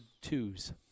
twos